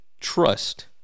trust